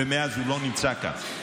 ומאז הוא לא נמצא כאן,